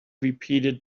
repeated